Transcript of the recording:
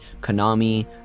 Konami